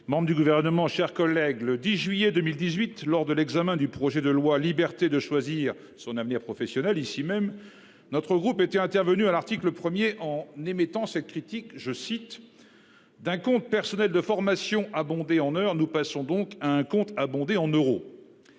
membres du gouvernement. Chers collègues, le 10 juillet 2018 lors de l'examen du projet de loi. Liberté de choisir son avenir professionnel ici même notre groupe était intervenu à l'article 1er en n'émettant ces critiques, je cite. D'un compte personnel de formation abondé en heure nous passons donc à un compte abondé en euros.